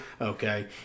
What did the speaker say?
okay